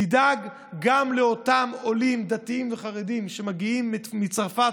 תדאג גם לאותם עולים דתיים וחרדים שמגיעים מצרפת